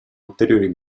ulteriori